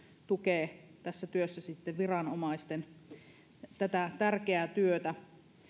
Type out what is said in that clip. tukee tässä työssä sitten viranomaisten tärkeää työtä